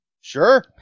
Sure